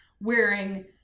wearing